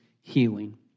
healing